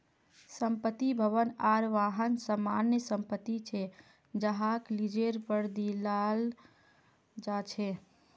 संपत्ति, भवन आर वाहन सामान्य संपत्ति छे जहाक लीजेर पर दियाल जा छे